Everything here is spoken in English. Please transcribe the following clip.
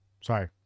sorry